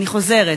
אני חוזרת,